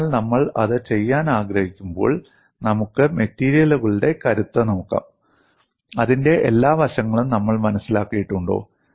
അതിനാൽ നമ്മൾ അത് ചെയ്യാൻ ആഗ്രഹിക്കുമ്പോൾ നമുക്ക് മെറ്റീരിയലുകളുടെ കരുത്ത് നോക്കാം അതിന്റെ എല്ലാ വശങ്ങളും നമ്മൾ മനസ്സിലാക്കിയിട്ടുണ്ടോ